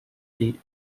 lead